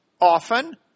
often